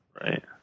right